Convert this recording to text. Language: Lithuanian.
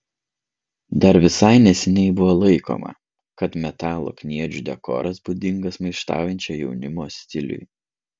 dar visai neseniai buvo laikoma kad metalo kniedžių dekoras būdingas maištaujančio jaunimo stiliui